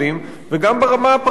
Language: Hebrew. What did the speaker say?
וגם ברמה הפרטנית?